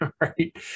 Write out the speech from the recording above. right